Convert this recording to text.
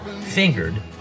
fingered